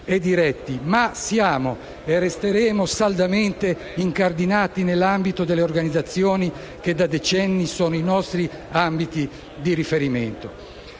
ma siamo e resteremo saldamente incardinati all'interno delle organizzazioni che da decenni sono i nostri ambiti di riferimento.